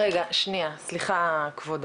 רגע, שנייה, סליחה כבודו,